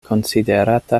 konsiderata